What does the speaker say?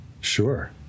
Sure